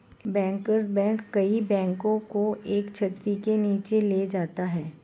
bankers bank कई बैंकों को एक छतरी के नीचे ले जाता है